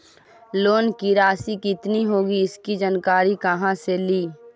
Loan की रासि कितनी होगी इसकी जानकारी कहा से ली?